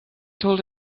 told